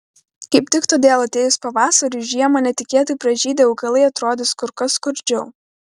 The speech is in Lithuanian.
kaip tik todėl atėjus pavasariui žiemą netikėtai pražydę augalai atrodys kur kas skurdžiau